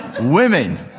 Women